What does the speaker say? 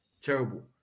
Terrible